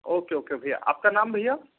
okay okay भैया आपका नाम भैया